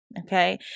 okay